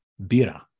bira